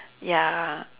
ya